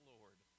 Lord